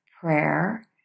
prayer